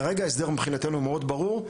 כרגע ההסדר מבחינתנו הוא מאוד ברור,